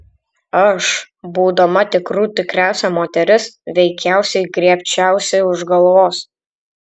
aš būdama tikrų tikriausia moteris veikiausiai griebčiausi už galvos